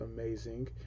amazing